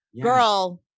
girl